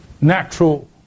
natural